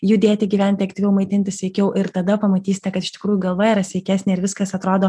judėti gyventi aktyviau maitintis sveikiau ir tada pamatysite kad iš tikrųjų galva yra sveikesnė ir viskas atrodo